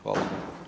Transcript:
Hvala.